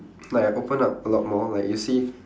like I opened up a lot more like you see